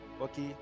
Okay